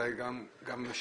ודאי גם בשימוש,